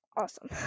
awesome